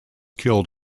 killed